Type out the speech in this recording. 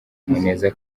muneza